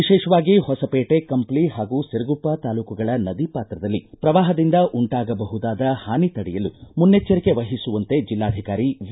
ವಿಶೇಷವಾಗಿ ಹೊಸಪೇಟೆ ಕಂಪ್ಲಿ ಹಾಗೂ ಸಿರಗುಪ್ಪ ತಾಲೂಕುಗಳ ನದಿ ಪಾತ್ರದಲ್ಲಿ ಪ್ರವಾಹದಿಂದ ಉಂಟಾಗಬಹುದಾದ ಹಾನಿ ತಡೆಯಲು ಮುನ್ನೆಚ್ಚರಿಕೆ ವಹಿಸುವಂತೆ ಜಿಲ್ಲಾಧಿಕಾರಿ ವಿ